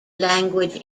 language